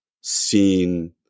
seen